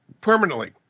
permanently